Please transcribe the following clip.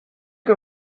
que